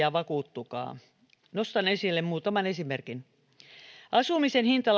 ja vakuuttukaa nostan esille muutaman esimerkin asumisen hinta